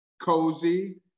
Cozy